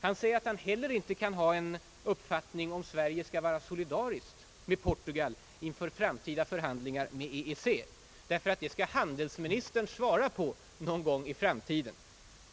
Han kan inte heller ha någon uppfattning om huruvida Sverige skall vara solidariskt med Portugal inför framtida förhandlingar med EEC. Hans skäl är att handelsministern skall svara på det någon gång i framtiden.